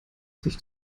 sich